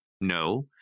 No